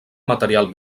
material